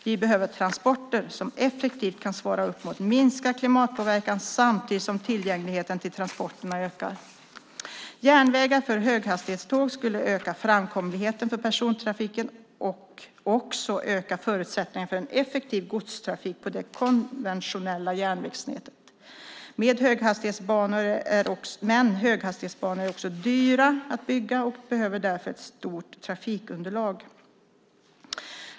Vi behöver transporter som effektivt kan svara upp mot minskad klimatpåverkan samtidigt som tillgängligheten till transporterna ökar. Järnvägar för höghastighetståg skulle öka framkomligheten för persontrafiken och också öka förutsättningarna för en effektiv godstrafik på det konventionella järnvägsnätet. Men höghastighetsbanor är också dyra att bygga och behöver därför ett stort trafikunderlag.